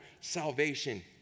salvation